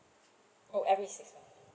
oh every six months